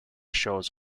shows